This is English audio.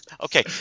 Okay